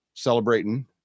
celebrating